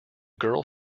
girl